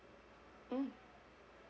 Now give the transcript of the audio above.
mm